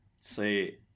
say